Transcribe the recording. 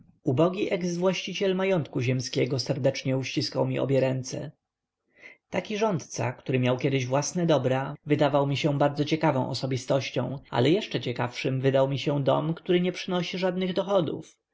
układ ubogi eks-właściciel majątku ziemskiego serdecznie uściskał mi obie ręce taki rządca który miał kiedyś własne dobra wydawał mi się bardzo ciekawą osobistością ale jeszcze ciekawszym wydał mi się dom który nie przynosi żadnych dochodów